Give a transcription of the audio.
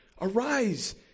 Arise